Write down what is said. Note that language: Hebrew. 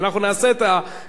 ההצעה היא של המזכירה,